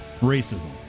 racism